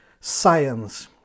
science